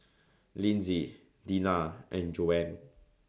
Linsey Deena and Joanne